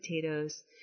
potatoes